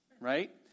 right